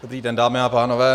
Dobrý den, dámy a pánové.